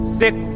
six